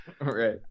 Right